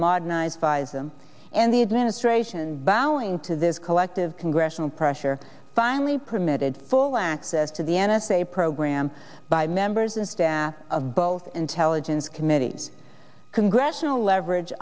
modernize vies them and the administration bowing to this collective congressional pressure finally permitted full access to the n s a program by members and staff of both intelligence committees congressional leverage